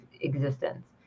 existence